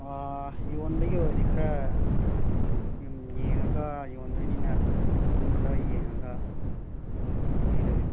ꯌꯣꯟꯕꯒꯤ ꯑꯣꯏꯗꯤ ꯈꯔ ꯁꯨꯝ ꯌꯦꯡꯉꯒ ꯌꯣꯟꯗꯣꯏꯅꯤꯅ ꯑꯗꯨꯝ ꯈꯔ ꯌꯦꯡꯉꯒ ꯑꯗꯨꯝ ꯄꯤꯔꯒꯦ